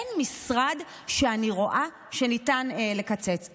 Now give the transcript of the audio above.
אין משרד שאני רואה שניתן לקצץ.